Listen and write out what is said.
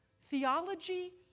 Theology